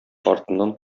артыннан